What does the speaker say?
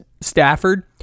Stafford